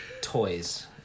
toys